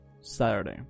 Saturday